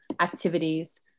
activities